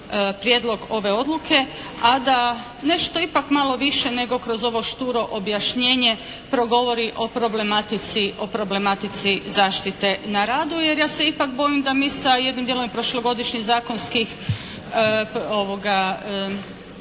Prijedlog ove odluke, a da nešto ipak malo više nego kroz ovo šturo objašnjenje progovori o problematici zaštite na radu, jer ja se ipak bojim da mi sa jednim dijelom i prošlogodišnjih zakona